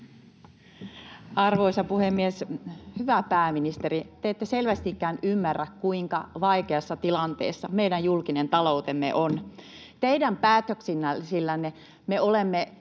Arvoisa puhemies! Hyvä pääministeri, te ette selvästikään ymmärrä, kuinka vaikeassa tilanteessa meidän julkinen taloutemme on. Teidän päätöksillänne me olemme